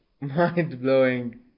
mind-blowing